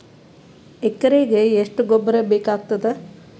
ಎಕರೆಗ ಎಷ್ಟು ಗೊಬ್ಬರ ಬೇಕಾಗತಾದ?